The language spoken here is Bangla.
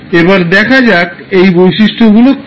এবার দেখা যাক এই বৈশিষ্ট্যগুলি কী